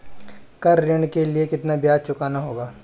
Car ऋण के लिए कितना ब्याज चुकाना होगा?